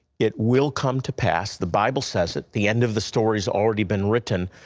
it will come to pass. the bible says it, the end of the story has already been written.